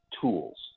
tools